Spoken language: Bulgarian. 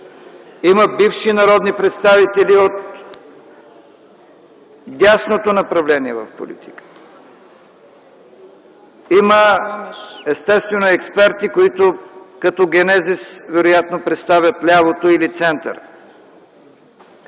Има бивши народни представители от дясното направление в политиката, има естествено експерти, които като генезис вероятно представят лявото или център.